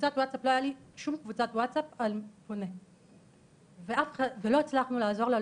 לא היה לי שום קבוצת ווטסאפ על פונה ולא הצלחנו לעזור לה,